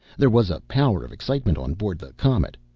there was a power of excitement on board the comet.